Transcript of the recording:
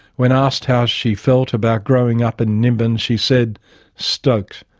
when asked how she felt about growing up in nimbin, she said stoked,